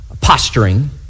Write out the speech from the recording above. posturing